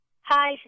Hi